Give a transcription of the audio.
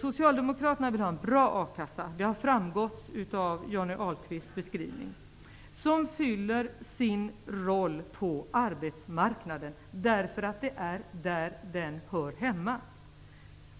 Socialdemokraterna vill ha en bra a-kassa som fyller sin roll på arbetsmarknaden. Det har framgått av Johnny Ahlqvists beskrivning. Det är på arbetsmarknaden a-kassan hör hemma.